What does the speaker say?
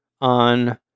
on